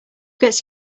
gets